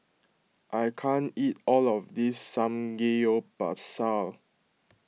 I can't eat all of this Samgeyopsal